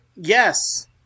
Yes